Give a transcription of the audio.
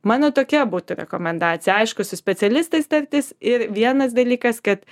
mano tokia būtų rekomendacija aišku su specialistais tartis ir vienas dalykas kad